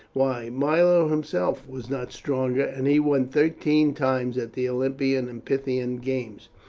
why, milo himself was not stronger, and he won thirteen times at the olympian and pythian games.